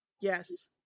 Yes